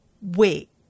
wait